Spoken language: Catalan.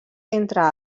entre